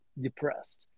depressed